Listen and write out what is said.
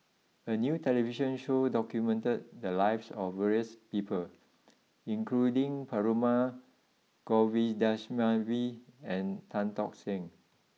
a new television show documented the lives of various people including Perumal Govindaswamy and Tan Tock Seng